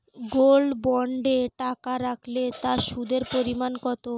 Gold বন্ডে টাকা রাখলে তা সুদের পরিমাণ কত?